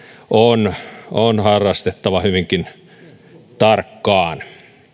on on harrastettava hyvinkin tarkkaan